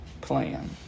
plan